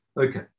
Okay